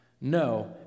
No